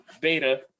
beta